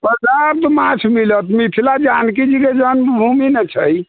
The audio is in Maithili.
पर्याप्त माछ मिलत मिथिला जानकीजीके जन्मभूमि ने छै